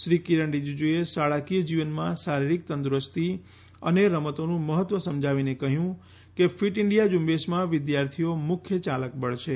શ્રી કિરણ રીજીજૂએ શાળાકીય જીવનમાં શારીરિક તંદુરસ્તી અને રમતોનું મહત્વ સમજાવીને કહ્યું કે ફીટ ઇન્ડિયા ઝૂંબેશમાં વિદ્યાર્થીઓ મુખ્ય ચાલકબળ છે